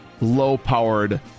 low-powered